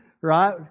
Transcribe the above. Right